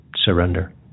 surrender